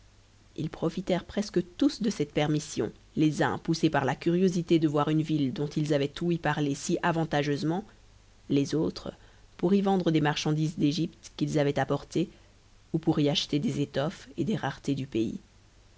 ils profitèrent presque tous de cette permission les uns poussés par la curiosité de voir une ville dont ils avaient ouï parler si avantageusement les autres pour y vendre des marchandises d'égypte qu'ils avaient apportées ou pour y acheter des étoffes et des raretés du pays